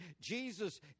Jesus